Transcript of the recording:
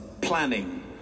planning